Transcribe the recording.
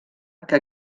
que